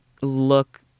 look